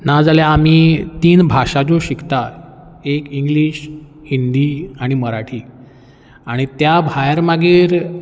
नाजाल्यार आमी तीन भाशा ज्यो शिकता एक इंग्लीश हिंदी आनी मराठी आनी त्या भायर मागीर